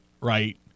right